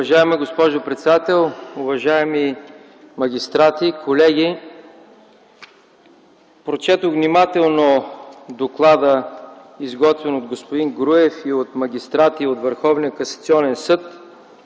Уважаема госпожо председател, уважаеми магистрати, колеги! Прочетох внимателно доклада, изготвен от господин Груев и от магистрати от